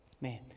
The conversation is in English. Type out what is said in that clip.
Man